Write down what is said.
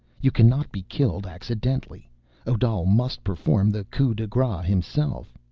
you cannot be killed accidentally odal must perform the coup-de-grace himself.